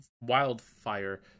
wildfire